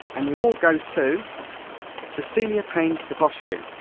and the award goes to cecilia payne-gaposchkin.